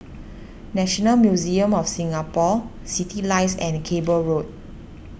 National Museum of Singapore Citylights and Cable Road